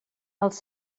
als